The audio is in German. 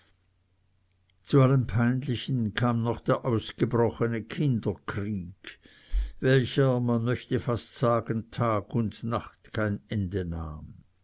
zu allem peinlichen kam noch der ausgebrochene kinderkrieg welcher man möchte fast sagen tag und nacht kein ende nahm